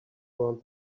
around